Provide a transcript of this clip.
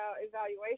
evaluation